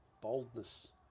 boldness